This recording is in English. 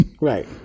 Right